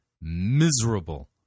miserable